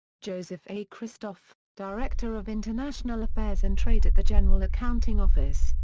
joseph a. christoff, director of international affairs and trade at the general accounting office,